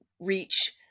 reach